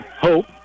Hope